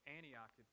Antioch